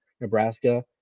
Nebraska